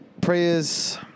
Prayers